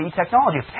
technology